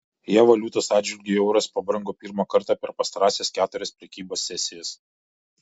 jav valiutos atžvilgiu euras pabrango pirmą kartą per pastarąsias keturias prekybos sesijas